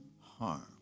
harm